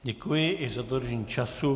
Děkuji i za dodržení času.